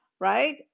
right